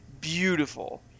beautiful